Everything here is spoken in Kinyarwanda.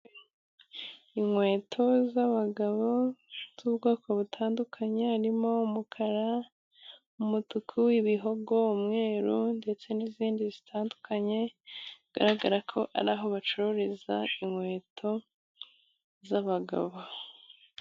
Inkweto z'abagabo z'ubwoko butandukanye harimo umukara, umutuku, ibihogo, umweru ndetse n'izindi zitandukanye bigaragara ko ari aho bacururiza inkweto z'abagabo.